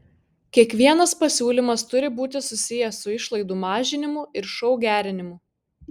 kiekvienas pasiūlymas turi būti susijęs su išlaidų mažinimu ir šou gerinimu